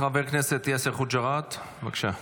חבר הכנסת יאסר חוג'יראת, בבקשה.